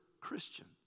Christians